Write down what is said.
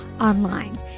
online